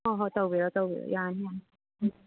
ꯍꯣ ꯍꯣ ꯇꯧꯕꯤꯔꯣ ꯇꯣꯕꯤꯔꯣ ꯌꯥꯅꯤ ꯌꯥꯅꯤ